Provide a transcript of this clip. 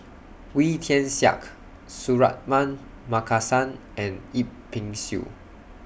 Wee Tian Siak Suratman Markasan and Yip Pin Xiu